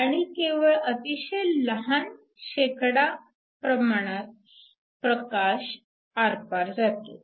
आणि केवळ अतिशय लहान प्रमाणात प्रकाश आरपार जातो